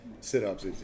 sit-ups